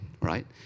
right